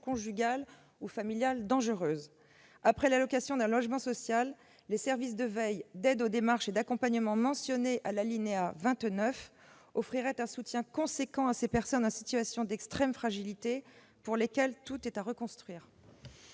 conjugale ou familiale dangereuse. Après l'allocation d'un logement social, les services de veille, d'aide aux démarches et d'accompagnement mentionnés à l'alinéa 29 offriraient un soutien important à des personnes en situation d'extrême fragilité et pour lesquelles tout est à reconstruire.